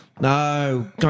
No